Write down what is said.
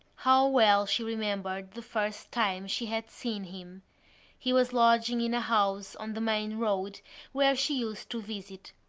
how well she remembered the first time she had seen him he was lodging in a house on the main road where she used to visit.